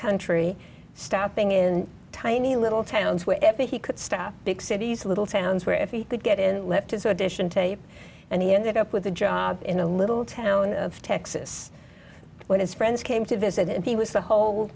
country stopping in tiny little towns where he could stop big cities little towns where if he could get in let his audition tape and he ended up with a job in a little town of texas when his friends came to visit and he was the whole